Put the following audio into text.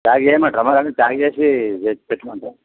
pack చేయమంటారా మరి అన్నీ ప్యాక్ చేసి చేసి పెట్టమంటారా